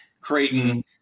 Creighton